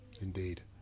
Indeed